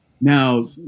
now